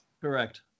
Correct